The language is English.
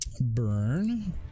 burn